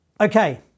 okay